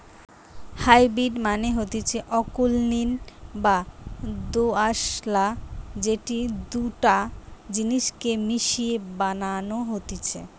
hybrid মানে হতিছে অকুলীন বা দোআঁশলা যেটি দুটা জিনিস কে মিশিয়ে বানানো হতিছে